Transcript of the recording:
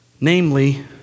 Namely